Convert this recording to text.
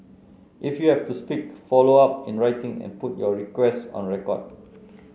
if you have to speak follow up in writing and put your requests on record